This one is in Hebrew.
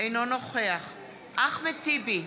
אינו נוכח אחמד טיבי,